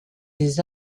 des